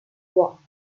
lois